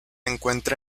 encuentra